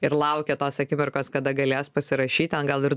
ir laukia tos akimirkos kada galės pasirašyti ant gal ir